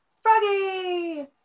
froggy